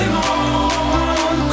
on